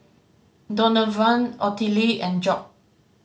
Donavan Ottilie and Job